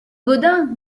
gaudin